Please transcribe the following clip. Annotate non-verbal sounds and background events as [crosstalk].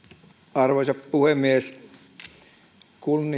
arvoisa puhemies kun [unintelligible]